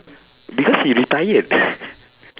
because he retired